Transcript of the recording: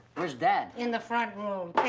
where's dad? in the front room,